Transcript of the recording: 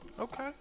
Okay